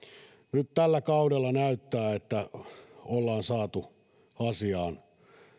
nyt tällä kaudella näyttää siltä että ollaan saatu asiaan